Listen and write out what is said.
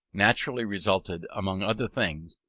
naturally resulted, among other things,